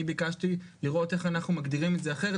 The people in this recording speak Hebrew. אני ביקשתי לראות איך אנחנו מגדירים את זה אחרת,